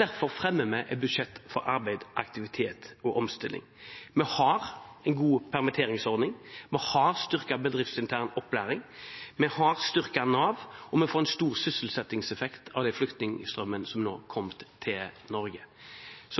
Derfor fremmer vi et budsjett for arbeid, aktivitet og omstilling. Vi har en god permitteringsordning, vi har styrket bedriftsintern opplæring, vi har styrket Nav, og vi får en stor sysselsettingseffekt av flyktningstrømmen som nå er kommet til Norge. Jeg